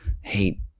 Hate